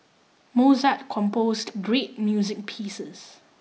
Mozart composed great music pieces